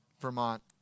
Vermont